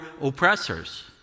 oppressors